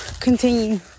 continue